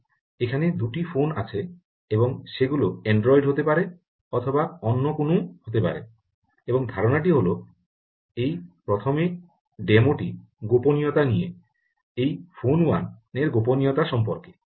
এখানে দুটি ফোন আছে এবং সেগুলো অ্যান্ড্রয়েড হতে পারে অথবা অন্য কোনও হতে পারে এবং ধারণাটি হলো এই প্রথম ডেমোটি গোপনীয়তা নিয়ে এই ফোন 1 এর গোপনীয়তা সম্পর্কে ঠিক আছে